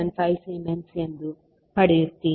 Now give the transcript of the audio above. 75 siemens ಎಂದು ಪಡೆಯುತ್ತೀರಿ